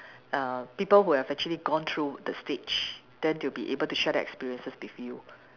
uh people who have actually gone through the stage then they will be able to share the experiences with you